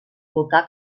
volcà